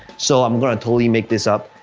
so i'm gonna totally make this up.